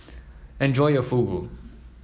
enjoy your Fugu